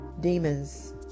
demons